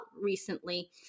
recently